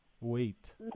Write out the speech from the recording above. Wait